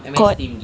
cord